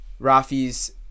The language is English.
rafi's